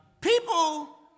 People